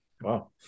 Wow